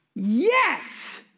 Yes